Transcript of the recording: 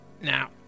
Now